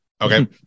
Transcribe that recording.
okay